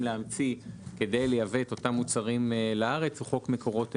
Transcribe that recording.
להמציא כדי לייבא את אותם מוצרים לארץ הוא חוק מקורות אנרגיה.